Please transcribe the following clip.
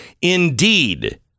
Indeed